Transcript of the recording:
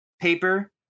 paper